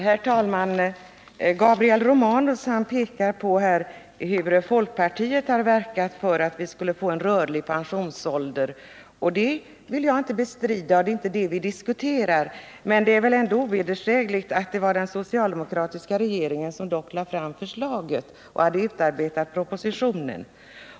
Herr talman! Gabriel Romanus pekade på hur folkpartiet har verkat för att vi skulle få en rörlig pensionsålder. Det vill jag inte bestrida, och det är inte det vi diskuterar. Det är väl ändå ovedersägligt att det var den socialdemokratiska regeringen som lade fram förslaget och som hade utarbetat propositionen.